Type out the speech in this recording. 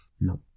No